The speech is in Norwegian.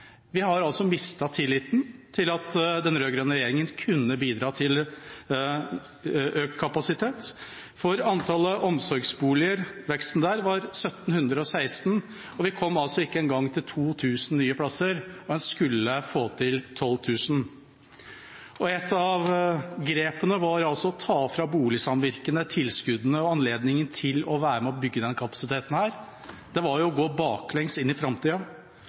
grepene var altså å ta fra boligsamvirkene tilskuddene og anledningen til å være med og bygge denne kapasiteten. Det var jo å gå baklengs inn i framtida.